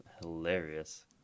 hilarious